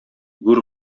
гүр